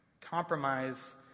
compromise